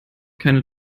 keine